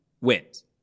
wins